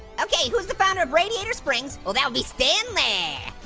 okay, who's the founder of radiator springs? well, that would be stanley.